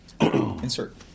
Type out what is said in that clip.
Insert